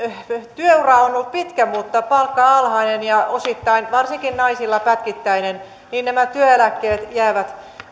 työura on ollut pitkä mutta palkka alhainen ja osittain varsinkin naisilla pätkittäinen nämä työeläkkeet jäävät